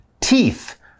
Teeth